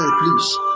please